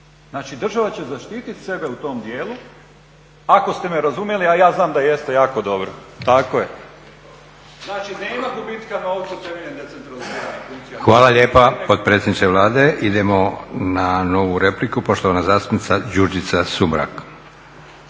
Znači država će zaštiti sebe u tom dijelu ako ste me razumjeli a ja znam da jeste jako dobro. Tako je. Znači nema …/Govornik se isključio./… gubitka novca temeljem … **Leko, Josip (SDP)** Hvala lijepa potpredsjedniče Vlade. Idemo na novu repliku. Poštovana zastupnica Đurđica Sumrak.